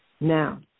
Now